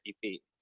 feet